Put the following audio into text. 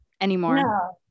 anymore